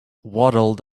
waddled